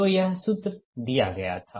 तो यह सूत्र दिया गया था